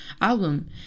album